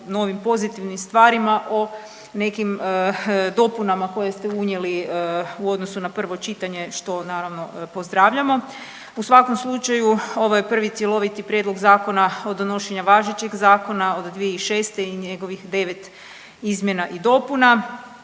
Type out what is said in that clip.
pozitivnim stvarima, o nekim dopunama koje ste unijeli u odnosu na prvo čitanje što naravno pozdravljamo. U svakom slučaju ovo je prvi cjeloviti prijedlog zakona od donošenja važećeg zakona od 2006. i njegovih 9 izmjena i dopuna.